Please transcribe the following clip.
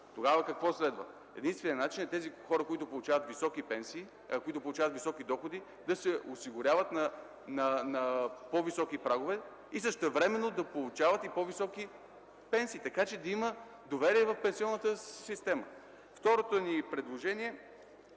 Тогава какво следва? Единственият начин е тези хора, които получават високи доходи, да се осигуряват на по-високи прагове и същевременно да получават и по-високи пенсии, така че да има доверие в пенсионната система. Второто ни предложение е